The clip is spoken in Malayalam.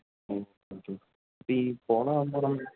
ഹും ഓക്കെ ഈ പോളോ ആകുമ്പോൾ അതെങ്ങനാണ്